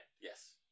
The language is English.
Yes